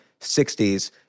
60s